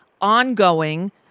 ongoing